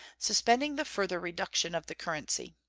suspending the further reduction of the currency.